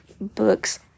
books